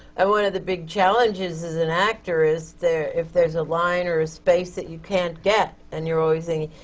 and one of the big challenges as an actor is if there's a line or a space that you can't get, and you're always saying,